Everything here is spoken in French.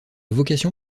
vocation